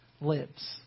lives